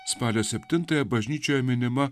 spalio septintąją bažnyčioje minima